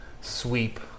sweep